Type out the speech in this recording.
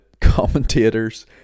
commentators